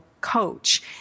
coach